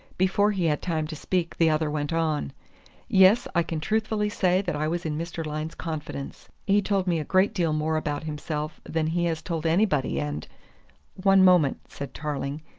before he had time to speak the other went on yes, i can truthfully say that i was in mr. lyne's confidence. he told me a great deal more about himself than he has told anybody and one moment, said tarling,